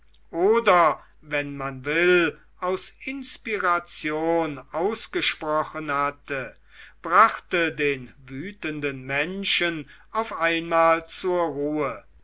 oder wenn man will aus inspiration ausgesprochen hatte brachte den wütenden menschen auf einmal zur ruhe